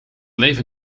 leven